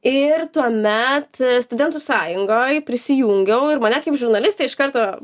ir tuomet studentų sąjungoj prisijungiau ir mane kaip žurnalistę iš karto